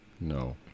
No